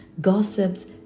gossips